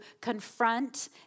confront